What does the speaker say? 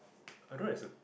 I don't know is a